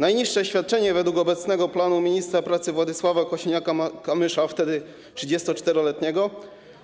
Najniższe świadczenie według obecnego planu ministra pracy Władysława Kosiniaka-Kamysza, wtedy 34-letniego,